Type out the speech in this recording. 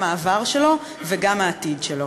גם העבר שלו וגם העתיד.